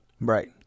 right